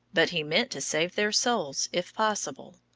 but he meant to save their souls, if possible.